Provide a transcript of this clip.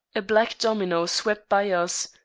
a black domino swept by us,